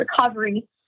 recovery